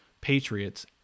Patriots